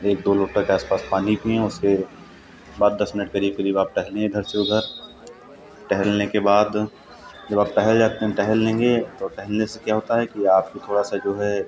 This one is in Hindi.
एक दो लोटा के आस पास पानी पिएँ और फिर पाँच दस मिनट के लिए करीब आप टहलें इधर से उधर टहलने के बाद जब आप टहल जाते हैं टहल लेंगे तो टहलने से क्या होता है कि आप थोड़ा सा जो है